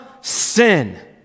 sin